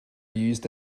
used